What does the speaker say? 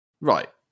Right